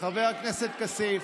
חבר הכנסת כסיף,